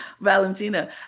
Valentina